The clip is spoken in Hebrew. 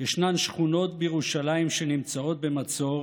יש שכונות בירושלים שנמצאות במצור